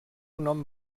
nom